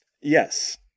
Yes